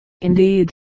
indeed